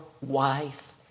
wife